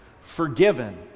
forgiven